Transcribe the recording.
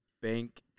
bank